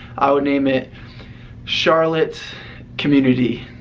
i would name it charlotte community,